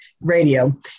radio